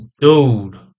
dude